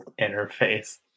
interface